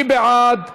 מי בעד,